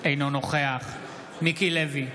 אינו נוכח מיקי לוי,